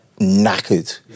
knackered